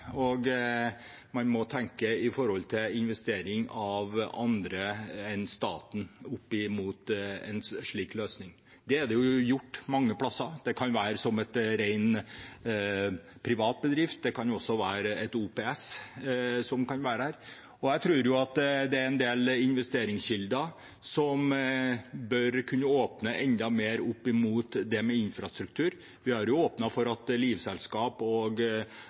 må tenkes nytt her. Man må tenke investering av andre enn staten for en slik løsning. Det er gjort mange plasser. Det kan være en ren privat bedrift, det kan være et OPS, offentlig-privat samarbeid. Jeg tror det er en del investeringskilder som bør kunne åpne enda mer opp for infrastruktur. Vi har åpnet for at livselskap og